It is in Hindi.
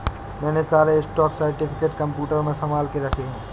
मैंने सारे स्टॉक सर्टिफिकेट कंप्यूटर में संभाल के रखे हैं